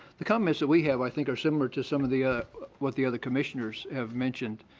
the comments that we have i think are similar to some of the what the other commissioners have mentioned.